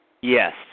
Yes